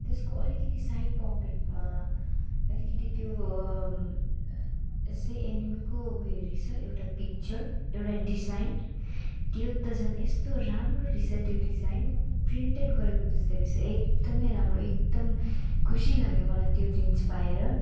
त्यसको अलिकति साइड पोकेटमा अलिकति त्यो यसै एनेमीको उयो रहेछ एउटा पिक्चर एउटा डिजाइन त्यो त झन् यस्तो राम्रो रहेछ त्यो डिजाइन प्रिन्टेड गरेको जस्तो रहेछ एकदमै राम्रो एकदम खुसी लाग्यो मलाई त्यो जिन्स पाएर